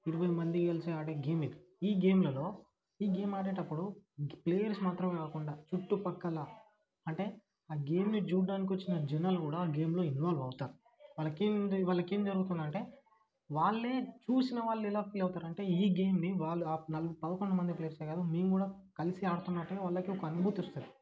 ఇరవై మంది కలిసి ఆడే గేమ్ ఇది ఈ గేమ్లలో ఈ గేమ్ ఆడేటప్పుడు ప్లేయర్స్ మాత్రమే కాకుండా చుట్టుపక్కల అంటే ఆ గేమ్ని చూడ్డానికి వచ్చిన జనాలు కూడా ఆ గేమ్లో ఇన్వాల్వ్ అవుతారు వాళ్ళకి ఏం వాళ్ళకేం జరుగుతుందంటే వాళ్ళే చూసిన వాళ్ళు ఎలా ఫీల్ అవుతారు అంటే ఈ గేమ్ని వాళ్ళు పదకొండు మంది ప్లేయర్స్ ఏ కాదు మేం కూడా కలిసే ఆడుతున్నట్టుగా వాళ్ళకు ఒక అనుభూతొస్తుంది